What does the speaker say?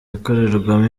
ikorerwamo